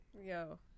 Yo